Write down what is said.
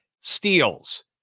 steals